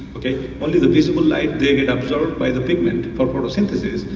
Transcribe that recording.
only the visible light, they get absorbed by the pigment, called photosynthesis,